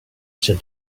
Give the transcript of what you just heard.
said